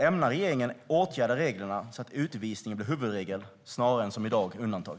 Ämnar regeringen åtgärda reglerna så att utvisning blir huvudregel snarare än som i dag undantag?